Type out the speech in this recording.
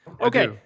Okay